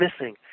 missing